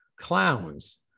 clowns